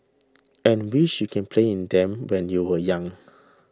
and wish you can play in them when you were young